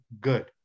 good